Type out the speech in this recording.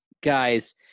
guys